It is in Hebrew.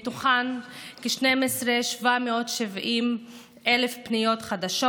מתוכן כ-12,770 פניות חדשות.